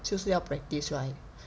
就是要 practice right